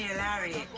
and larry.